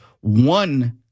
one